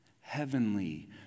heavenly